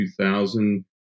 2000